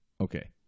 Okay